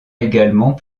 également